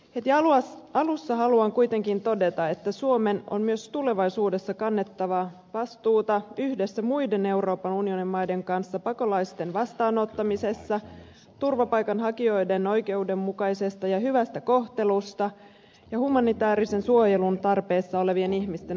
heti alussa haluan kuitenkin todeta että suomen on myös tulevaisuudessa kannettava vastuuta yhdessä muiden euroopan unionin maiden kanssa pakolaisten vastaanottamisesta turvapaikanhakijoiden oikeudenmukaisesta ja hyvästä kohtelusta ja humanitäärisen suojelun tarpeessa olevien ihmisten auttamisesta